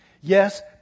Yes